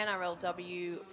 NRLW